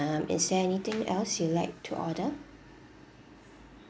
is there anything else you'd like to order